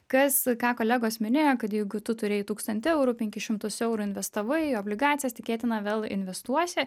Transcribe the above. kas ką kolegos minėjo kad jeigu tu turėjai tūkstantį eurų penkis šimtus eurų investavai į obligacijas tikėtina vėl investuosi